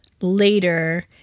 later